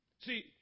See